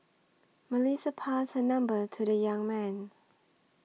Melissa passed her number to the young man